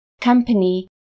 company